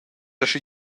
aschi